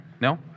no